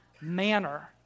manner